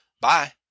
bye